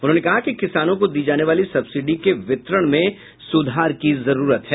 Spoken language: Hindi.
उन्होंने कहा कि किसानों को दी जाने वाली सब्सिडी के वितरण में सुधार की जरूरत है